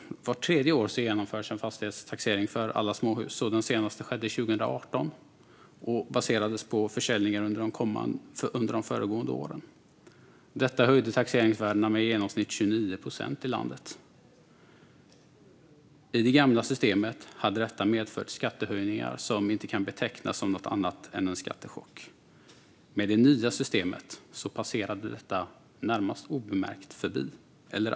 Vart tredje år genomförs en fastighetstaxering för alla småhus. Den senaste skedde 2018 och baserades på försäljningar under de föregående åren. Detta höjde taxeringsvärdena med i genomsnitt 29 procent i landet. I det gamla systemet hade detta medfört skattehöjningar som inte kan betecknas som något annat än en skattechock. Med det nya systemet passerade detta närmast obemärkt förbi.